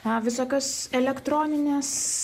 a visokios elektroninės